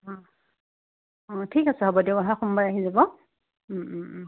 অ' ঠিক আছে হ'ব দিয়ক অহা সোমবাৰে আহি যাব